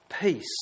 peace